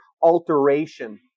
alteration